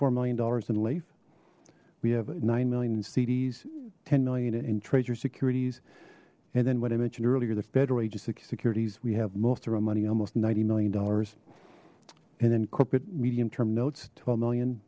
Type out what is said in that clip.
four million dollars in life we have nine million in cds ten million in treasure securities and then what i mentioned earlier the federal agency securities we have most of our money almost ninety million dollars and then corporate medium term notes to a million